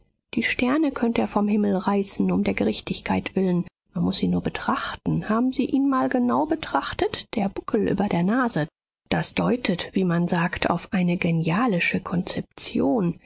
die sterne könnt er vom himmel reißen um der gerechtigkeit willen man muß ihn nur betrachten haben sie ihn mal genau betrachtet der buckel über der nase das deutet wie man sagt auf eine genialische konzeption